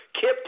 Kip